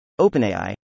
OpenAI